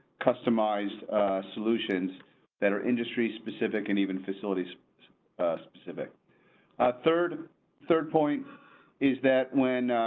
customized solutions that are industry specific and even facilities specific. a third third point is that when.